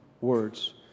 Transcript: words